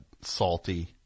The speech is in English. salty